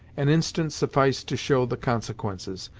an instant sufficed to show the consequences.